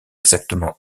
exactement